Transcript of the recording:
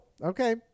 okay